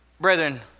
Brethren